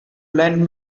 lend